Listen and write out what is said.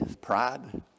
pride